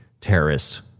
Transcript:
terrorist